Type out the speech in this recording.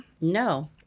no